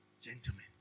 Gentlemen